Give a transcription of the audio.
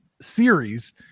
series